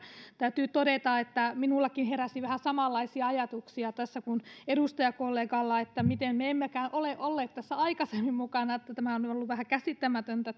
täytyy todeta että minullakin heräsi vähän samanlaisia ajatuksia tässä kuin edustajakollegalla että miten me emme ole olleet tässä aikaisemmin mukana tämä on ollut vähän käsittämätöntä